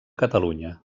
catalunya